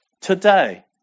Today